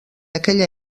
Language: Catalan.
aquella